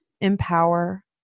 empower